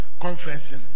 conferencing